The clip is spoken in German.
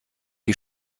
die